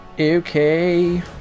Okay